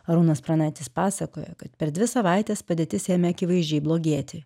arūnas pranaitis pasakojo kad per dvi savaites padėtis ėmė akivaizdžiai blogėti